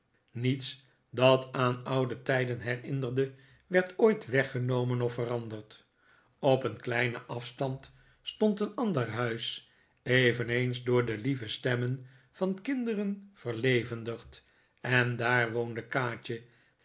niets dat aan oude tijden herinnerde werd ooit weggenomen of veranderd op een kleinen afstand stond een ander huis eveneens door de lieve stemmen van kinderen verlevendigd en daar woonde kaatje